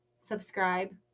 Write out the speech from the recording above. subscribe